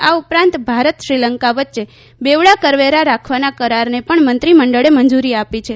આ ઉપરાંત ભારત શ્રીલંકા વચ્ચે બેવડા કરવેરા રાખવાના કરારને પણ મંત્રીમંડળે મંજૂરી આપી છે